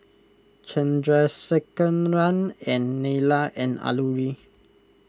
Chandrasekaran and Neila and Alluri